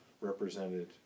represented